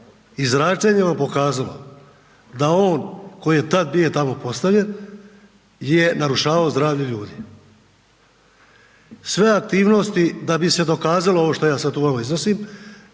zračenja pokazalo da on koji je tad prije tamo postavljen je narušavao zdravlje ljudi. Sve aktivnosti, da bi se dokazalo ovo što ja sad tu vama iznosim